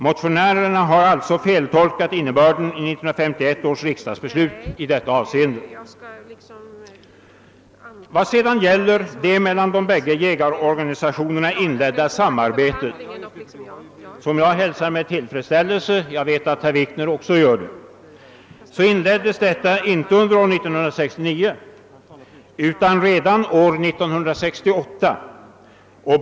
Motionärerna har alltså feltolkat innebörden i 1951 års riksdagsbeslut i detta avseende. Vad sedan gäller det mellan de bägge jägarorganisationerna inledda samarbetet, som jag hälsar med tillfredsställelse — jag vet att även herr Wikner gör det — kan sägas att detta påbörjades inte år 1969 utan redan år 1968.